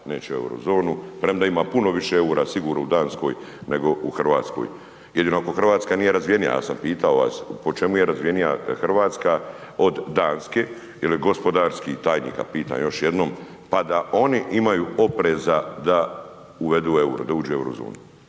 neće u Euro zonu premda ima puno više eura sigurno i Danskoj nego u Hrvatskoj jedino ako Hrvatska nije razvijenija, ja sam pitao vas, po čemu je razvijenija Hrvatska od Danske, je li gospodarski, tajnika pitam još jednom pa da oni imaju opreza da uvedu euro, da uđu u Euro zonu?